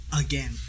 again